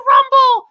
Rumble